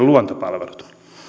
luontopalvelut